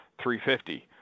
350